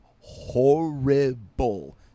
horrible